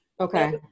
Okay